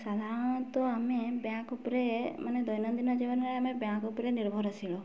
ସାଧାରଣତଃ ଆମେ ବ୍ୟାଙ୍କ ଉପରେ ମାନେ ଦୈନନ୍ଦିନ ଜୀବନରେ ଆମେ ବ୍ୟାଙ୍କ ଉପରେ ନିର୍ଭରଶୀଳ